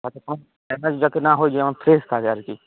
যাতে কোনো ড্যামেজ যাতে না হয়ে যেন ফ্রেস থাকে আর কি